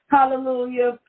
Hallelujah